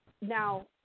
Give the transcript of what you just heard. now